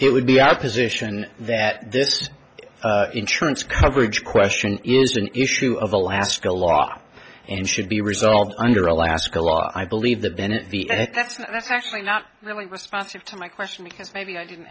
it would be our position that this is insurance coverage question is an issue of alaska law and should be resolved under alaska law i believe that bennett that's not that's actually not really responsive to my question because maybe i didn't